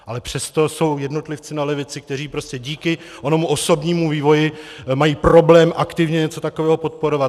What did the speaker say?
Ale přesto jsou jednotlivci na levici, kteří prostě díky onomu osobnímu vývoji mají problém aktivně něco takového podporovat.